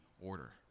order